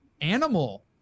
animal